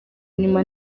inyuma